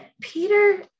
Peter